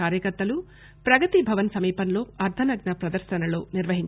you కార్యకర్తలు ప్రగతి భవన్ సమీపంలో అర్థనగ్న ప్రదర్శనలు నిర్వహించారు